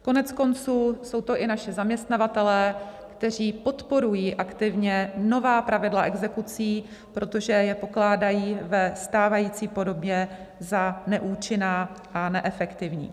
Koneckonců jsou to i naši zaměstnavatelé, kteří podporují aktivně nová pravidla exekucí, protože je pokládají ve stávající podobě za neúčinná a neefektivní.